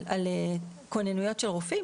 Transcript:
על כוננויות של רופאים.